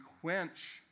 quench